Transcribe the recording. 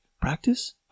practice